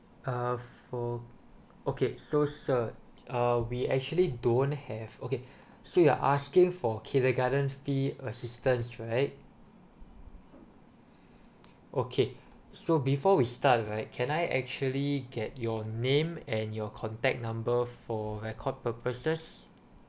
uh for okay so sir uh we actually don't have okay so you're asking for kindergarten fee assistance right okay so before we start right can I actually get your name and your contact number for record purposes